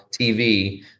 TV